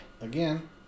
again